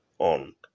On